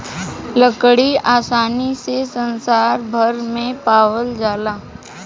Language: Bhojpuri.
लकड़ी आसानी से संसार भर में पावाल जाला